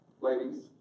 Ladies